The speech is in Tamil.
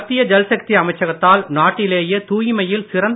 மத்திய ஜல்சக்தி அமைச்சகத்தால் நாட்டிலேயே தூய்மையில் சிறந்த